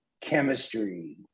chemistry